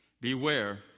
Beware